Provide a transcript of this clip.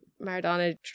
Maradona